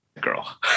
girl